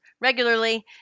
regularly